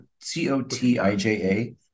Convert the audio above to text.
C-O-T-I-J-A